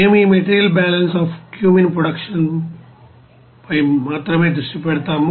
మేము ఈమెటీరియల్ balance of cumin production పై మాత్రమే దృష్టి పెడతాము